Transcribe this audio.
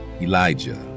Elijah